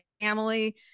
family